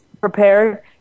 Prepared